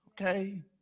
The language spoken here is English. okay